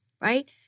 right